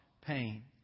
pain